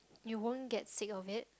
you won't get sick of it